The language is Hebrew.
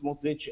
סמוטריץ',